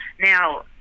now